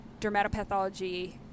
dermatopathology